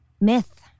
myth